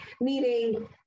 meaning